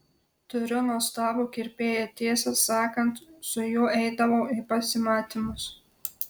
turiu nuostabų kirpėją tiesą sakant su juo eidavau į pasimatymus